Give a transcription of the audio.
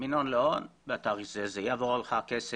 מפואר כמו בסרטים, לא יאומן.